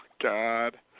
God